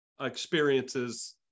experiences